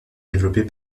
développé